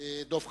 דב חנין.